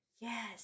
yes